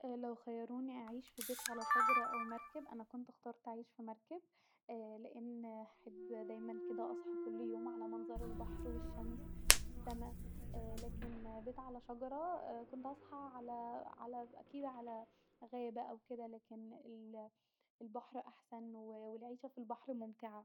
لو خيروني اعيش في بيت علي شجره أو مركب انا كنت اخترت اعيش في مركب لان دايما احب اصحي كل يوم علي منظر البحر والشمس والسما لاكن بيت علي شجره كنت هصحي علي اكيد علي غايه اوي كدا لاكن ال ال البحر احسن والعيشه في البحر ممتعه